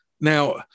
Now